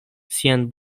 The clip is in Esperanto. sian